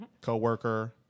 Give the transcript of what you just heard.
co-worker